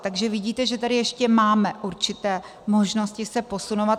Takže vidíte, že tady ještě máme určité možnosti se posunovat.